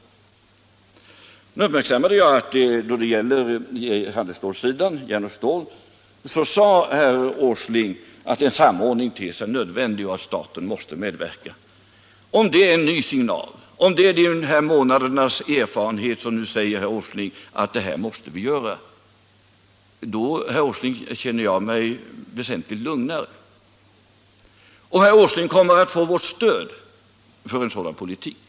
Jag uppmärksammade att herr Åsling när det gäller handelsstålssidan sade att en samordning är nödvändig och att staten här måste medverka. Om detta är en ny signal, om detta är ett tecken på att de senaste månadernas erfarenhet har fått herr Åsling att inse att det är detta vi måste göra, då känner jag mig väsentligt lugnare. Herr Åsling kommer att få vårt stöd för en sådan politik.